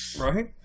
Right